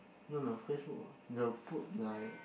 no no FaceBook will put like